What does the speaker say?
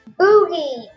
Boogie